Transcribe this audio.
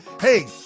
hey